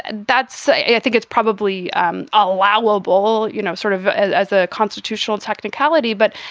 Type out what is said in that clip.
that's i think it's probably um allowable. you know, sort of as as a constitutional technicality. but,